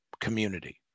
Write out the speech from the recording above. community